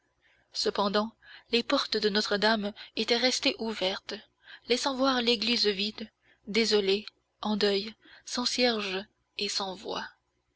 cependant les portes de notre-dame étaient restées ouvertes laissant voir l'église vide désolée en deuil sans cierges et sans voix